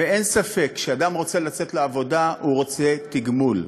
אין ספק שכשאדם רוצה לצאת לעבודה הוא רוצה תגמול.